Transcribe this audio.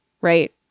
Right